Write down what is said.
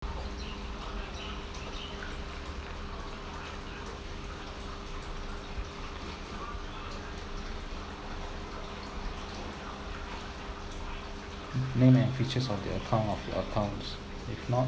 name an features of the account of your account if not